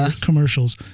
commercials